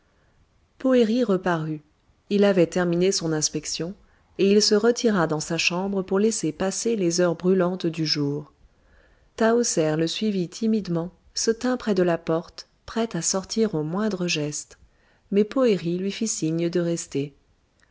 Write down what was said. reparut il avait terminé son inspection et il se retira dans sa chambre pour laisser passer les heures brûlantes du jour tahoser le suivit timidement se tint près de la porte prête à sortir au moindre geste mais poëri lui fit signe de rester